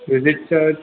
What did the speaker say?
visit charge